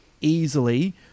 easily